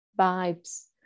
vibes